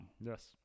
Yes